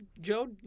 Joe